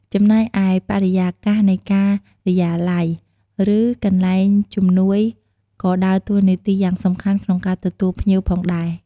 ចំណែកឯ បរិយាកាសនៃការិយាល័យ ឬកន្លែងជំនួយក៏ដើរតួនាទីយ៉ាងសំខាន់ក្នុងការទទួលភ្ញៀវផងដែរ។